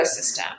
ecosystem